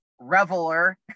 reveler